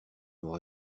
noir